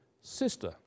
sister